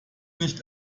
nicht